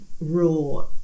raw